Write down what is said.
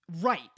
Right